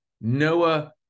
Noah